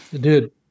dude